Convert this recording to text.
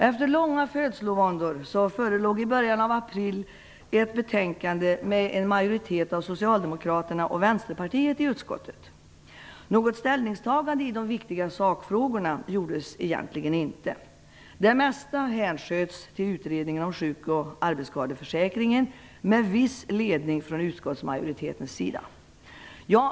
Efter långa födslovåndor förelåg i början av april ett betänkande med en majoritet av socialdemokrater och vänsterpartister i utskottet. Något ställningstagande i de viktiga sakfrågorna gjordes egentligen inte. Det mesta hänsköts till utredningen om sjuk och arbetsskadeförsäkringen, med viss ledning från utskottsmajoritetens sida.